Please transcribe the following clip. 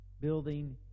building